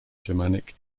germanic